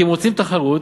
כי אם רוצים תחרות,